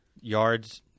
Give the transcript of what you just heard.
yards